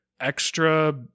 extra